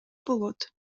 болот